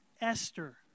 Esther